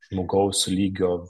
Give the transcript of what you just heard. žmogaus lygio